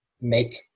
make